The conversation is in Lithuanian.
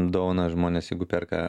dovaną žmonės jeigu perka